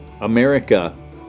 America